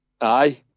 Aye